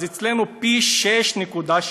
אצלנו פי 6.3,